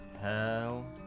hell